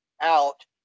out